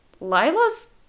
Lila's